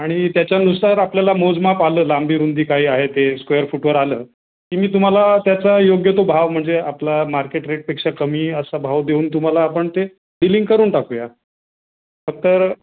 आणि त्याच्यानुसार आपल्याला मोजमाप आलं लांबी रुंदी काही आहे ते स्क्वेअर फुटवर आलं की मी तुम्हाला त्याचा योग्य तो भाव म्हणजे आपला मार्केट रेटपेक्षा कमी असा भाव देऊन तुम्हाला आपण ते बिलिंग करून टाकू या फक्त